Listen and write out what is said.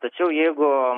tačiau jeigu